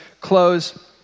close